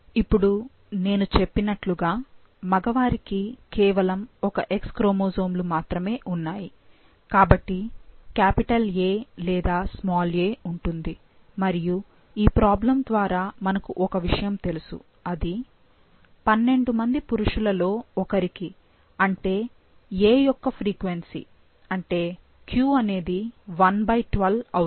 ఇప్పుడు నేను చెప్పినట్లుగా మగవారికి కేవలం ఒక X క్రోమోజోమ్లు మాత్రమే ఉన్నాయి కాబట్టి A లేదా a ఉంటుంది మరియు ఈ ప్రాబ్లెమ్ ద్వారా మనకు ఒక విషయం తెలుసు అది 12 మంది పురుషులలో ఒకరికి అంటే "a" యొక్క ఫ్రీక్వెన్సీ అంటే q అనేది 112 అని